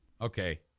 Okay